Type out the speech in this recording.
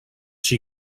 she